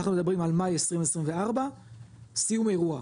אנחנו מדברים על מאי 2024 סיום האירוע,